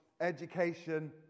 education